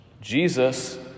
Jesus